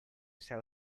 sell